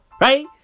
Right